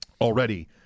already